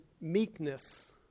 meekness